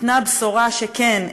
ניתנה הבשורה שכן,